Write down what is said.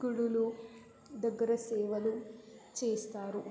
గుడులు దగ్గర సేవలు చేస్తారు